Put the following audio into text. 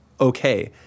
okay